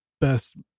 best